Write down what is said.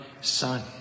son